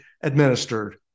administered